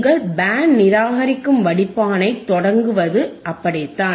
உங்கள் பேண்ட் நிராகரிக்கும் வடிப்பானைத் தொடங்குவது அப்படித்தான்